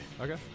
Okay